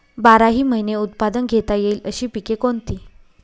बाराही महिने उत्पादन घेता येईल अशी पिके कोणती?